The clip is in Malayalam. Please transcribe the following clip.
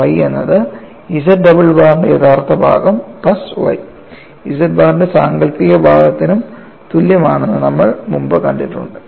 phi എന്നത് Z ഡബിൾ ബാറിന്റെ യഥാർത്ഥ ഭാഗം പ്ലസ് y Z ബാറിന്റെ സാങ്കൽപ്പിക ഭാഗത്തിനും തുല്യമാണെന്ന് നമ്മൾ മുമ്പ് കണ്ടിട്ടുണ്ട്